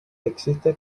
existe